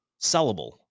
sellable